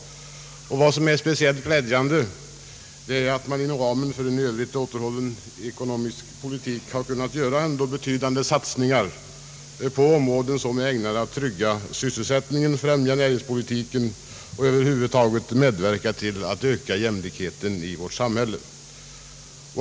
Vad som är speciellt glädjande är att man inom ramen för en 1 övrigt återhållsam ekonomisk politik ändå har kunnat göra betydande satsningar på områden som är ägnade att trygga sysselsättningen, främja näringspolitiken och som över huvud taget medverkar till att öka jämlikheten i vårt samhälle.